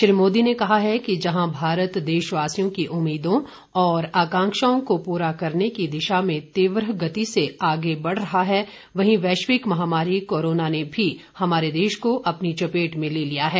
श्री मोदी ने कहा है कि जहां भारत देशवासियों की उम्मीदों और आकांक्षाओं को पूरा करने की दिशा में तीव्र गति से आगे बढ़ रहा है वहीं वैश्विक महामारी कोरोना ने भी हमारे देश को अपनी चपेट में ले लिया है